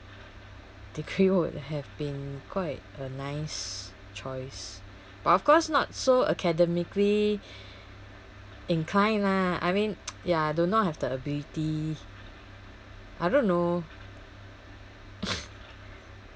degree would have been quite a nice choice but of course not so academically inclined lah I mean ya do not have the ability I don't know